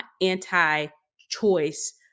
anti-choice